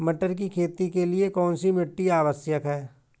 मटर की खेती के लिए कौन सी मिट्टी आवश्यक है?